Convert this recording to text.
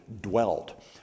dwelt